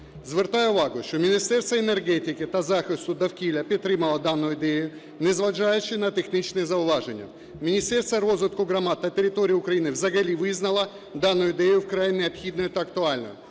Звертаю увагу, що Міністерство енергетики та захисту довкілля підтримало дану ідею, незважаючи на технічне зауваження. Міністерство розвитку громад та територій України взагалі визнало дану ідею вкрай необхідною та актуальною.